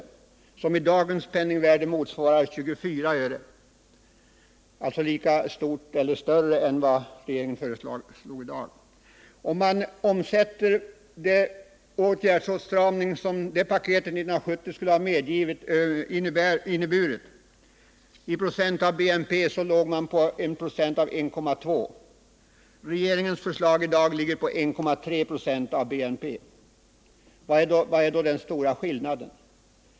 Det motsvarar i dagens penningvärde 24 öre — alltså lika mycket som eller mer än vad regeringen fö Om man omsätter den åtstramning som paketet av år 1970 innebar i procent av BNP, finner man att den låg på 1,2 20. Regeringens förslag i dag ligger på 1,3 926 av BNP. Var är då den stora skillnaden?